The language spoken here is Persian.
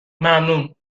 ممنونشماها